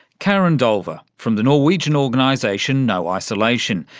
karen dolva from the norwegian organisation no isolation.